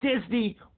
Disney